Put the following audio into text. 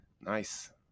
nice